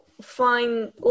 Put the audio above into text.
find